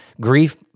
grief